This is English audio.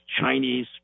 Chinese